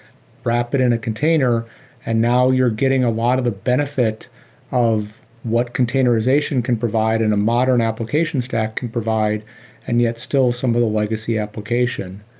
wrap it in a container and now you're getting a lot of the benefit of what containerization can provide and the modern application stack can provide and yet still some of the legacy application.